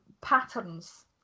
patterns